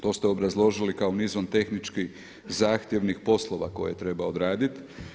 To ste obrazložili kao nizom tehničkih zahtjevnih poslova koje treba odradit.